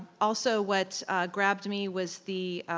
also what grabbed me was the,